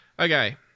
Okay